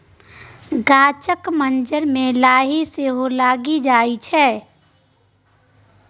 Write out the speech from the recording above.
गाछक मज्जर मे लाही सेहो लागि जाइ छै